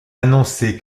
annoncé